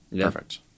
Perfect